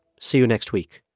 see you next week